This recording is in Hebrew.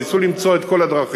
ניסו למצוא את כל הדרכים,